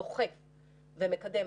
דוחות מאוד מקיפים,